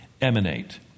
emanate